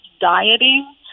dieting